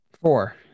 four